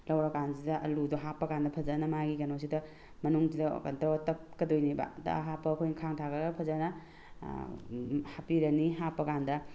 ꯂꯧꯔꯀꯥꯟꯁꯤꯗ ꯑꯥꯜꯂꯨꯗꯣ ꯍꯥꯞꯄꯀꯥꯟꯗ ꯐꯖꯅ ꯃꯥꯒꯤ ꯀꯩꯅꯣꯁꯤꯗ ꯃꯅꯨꯡꯁꯤꯗ ꯀꯩꯅꯣ ꯇꯧꯔꯒ ꯇꯛꯀꯗꯣꯏꯅꯦꯕ ꯑꯗ ꯍꯥꯞꯄꯒ ꯑꯩꯈꯣꯏꯅ ꯈꯥꯡ ꯊꯥꯡꯒꯠꯂꯒ ꯐꯖꯅ ꯍꯥꯞꯄꯤꯔꯅꯤ ꯍꯥꯞꯄꯀꯥꯟꯗ